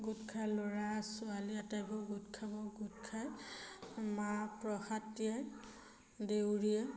গোট খাই ল'ৰা ছোৱালী আটাইবোৰ গোট খাব গোট খাই মা প্ৰসাদ তিয়াই দেউৰীয়ে